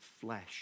flesh